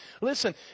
Listen